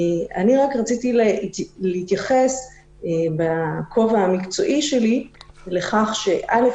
רציתי רק להתייחס בכובע המקצועי שלי לכך ש-א',